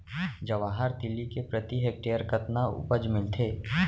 जवाहर तिलि के प्रति हेक्टेयर कतना उपज मिलथे?